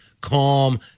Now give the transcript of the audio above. calm